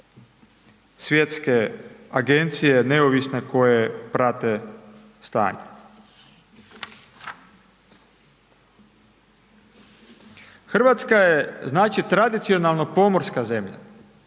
svjetske agencije, neovisne koje prate stanje. Hrvatska je znači tradicionalno pomorska zemlja